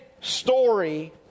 story